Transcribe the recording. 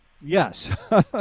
yes